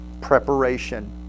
preparation